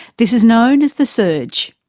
this is known as the surge.